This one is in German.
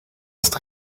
ist